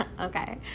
Okay